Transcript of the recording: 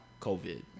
COVID